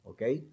Okay